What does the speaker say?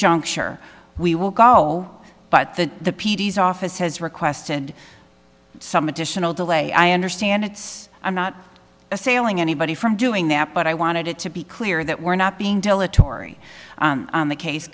juncture we will go but the p d s office has requested some additional delay i understand it's i'm not assailing anybody from doing that but i wanted it to be clear that we're not being dilatory on the case